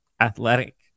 Athletic